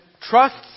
trusts